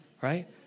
right